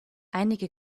einige